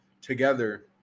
together